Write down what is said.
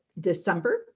December